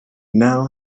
now